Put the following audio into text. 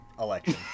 election